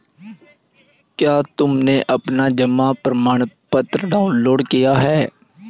क्या तुमने अपना जमा प्रमाणपत्र डाउनलोड किया है?